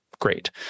great